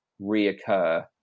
reoccur